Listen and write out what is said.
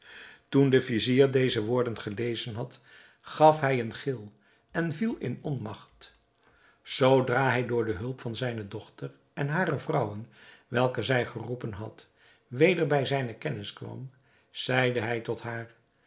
toen de vizier deze woorden gelezen had gaf hij een gil en viel in onmagt zoodra hij door de hulp van zijne dochter en van hare vrouwen welke zij geroepen had weder bij zijne kennis kwam zeide hij tot haar